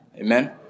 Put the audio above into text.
Amen